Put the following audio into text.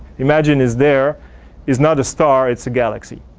imagine is there is not a star, it's a galaxy.